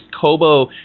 Kobo